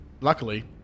luckily